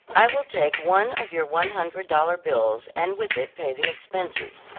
i will take one of your one hundred dollar bills, and with it pay the expenses,